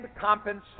compensation